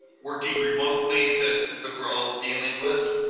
working remotely, that we're all dealing with.